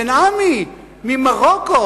בן-עמי ממרוקו,